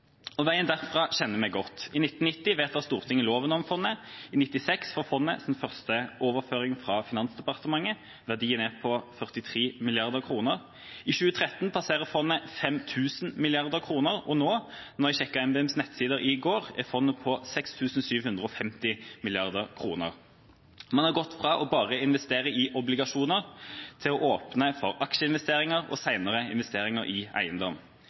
oljeinntektene. Veien derfra kjenner vi godt. I 1990 vedtar Stortinget loven om fondet. I 1996 får fondet den første overføring fra Finansdepartementet. Verdien er på 43 mrd. kr. I 2013 passerer fondet 5 000 mrd. kr. Og nå – jeg sjekket NBIMs nettsider i går – er fondet på 6 750 mrd. kr. Man har gått fra bare å investere i obligasjoner til å åpne for aksjeinvesteringer, og senere investeringer i eiendom.